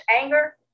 anger